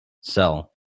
cell